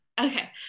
Okay